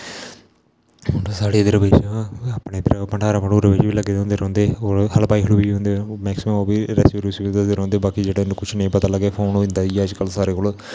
हून साढ़े इद्धर अपने भंडारा भडोंरे च बी लग्गे दे रौंहदे और हलवाई होंदे मैक्सीमम ओह् वी रैस्पी दसदे रौंहदे बाकी जेहडा नेई पता लग्गे फोन होंदा ही ऐ अजकल सारें कोल